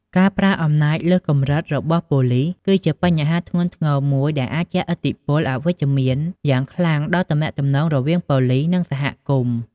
ការ ប្រើអំណាចលើសកម្រិត របស់ប៉ូលីសគឺជាបញ្ហាធ្ងន់ធ្ងរមួយដែលអាចជះឥទ្ធិពលអវិជ្ជមានយ៉ាងខ្លាំងដល់ទំនាក់ទំនងរវាងប៉ូលិស និងសហគមន៍។